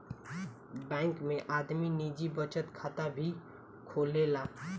bank में आदमी निजी बचत खाता भी खोलेला